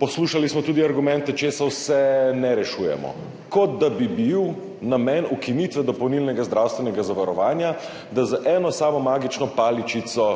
Poslušali smo tudi argumente, česa vse ne rešujemo. Kot da bi bil namen ukinitve dopolnilnega zdravstvenega zavarovanja, da z eno samo magično paličico